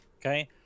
Okay